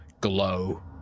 glow